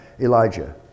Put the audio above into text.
Elijah